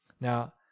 Now